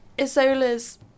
Isola's